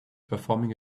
performing